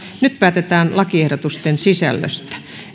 nyt päätetään lakiehdotusten sisällöstä